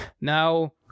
now